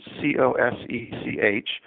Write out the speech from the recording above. C-O-S-E-C-H